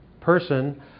person